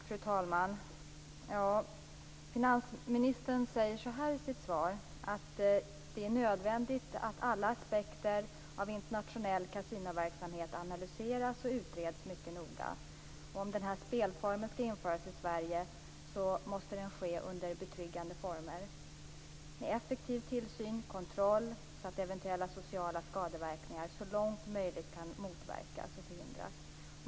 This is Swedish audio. Fru talman! Finansministern sade i sitt svar att det är nödvändigt att alla aspekter av internationell kasinoverksamhet analyseras och utreds mycket noga. Om den spelformen skall införas i Sverige måste det ske under betryggande former med effektiv tillsyn och kontroll. Eventuella sociala skadeverkningar skall så långt möjligt motverkas och förhindras.